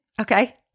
okay